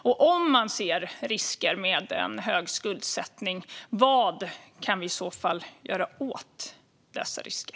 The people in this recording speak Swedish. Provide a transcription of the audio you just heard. Om man ser sådana risker, vad kan vi i så fall göra åt dessa risker?